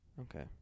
Okay